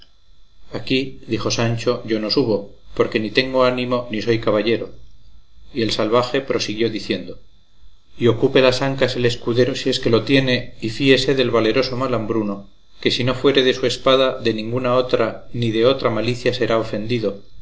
aquí dijo sancho yo no subo porque ni tengo ánimo ni soy caballero y el salvaje prosiguió diciendo y ocupe las ancas el escudero si es que lo tiene y fíese del valeroso malambruno que si no fuere de su espada de ninguna otra ni de otra malicia será ofendido